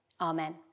Amen